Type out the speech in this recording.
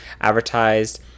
advertised